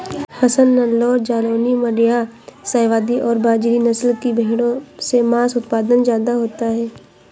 हसन, नैल्लोर, जालौनी, माण्ड्या, शाहवादी और बजीरी नस्ल की भेंड़ों से माँस उत्पादन ज्यादा होता है